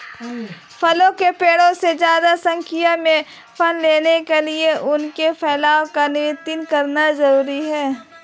फलों के पेड़ों से ज्यादा संख्या में फल लेने के लिए उनके फैलाव को नयन्त्रित करना जरुरी है